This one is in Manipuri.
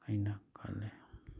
ꯑꯩꯅ ꯈꯜꯂꯤ